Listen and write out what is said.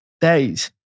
days